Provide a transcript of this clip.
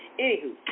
Anywho